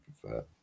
prefer